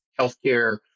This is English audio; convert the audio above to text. healthcare